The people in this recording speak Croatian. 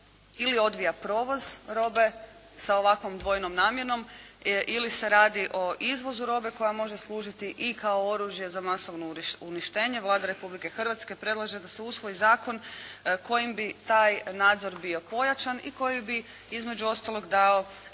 ili odvija provoz robe sa ovakvom dvojnom namjenom ili se radi o izvozu robe koja može služiti i kao oružje za masovno uništenje, Vlada Republike Hrvatske predlaže da se usvoji zakon kojim bi taj nadzor bio pojačan i koji bi između ostalog dao